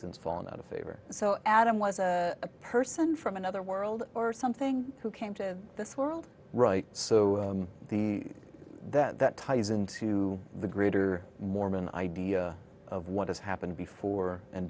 since fallen out of favor so adam was a person from another world or something who came to this world right so the that ties into the greater mormon idea of what has happened before and